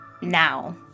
now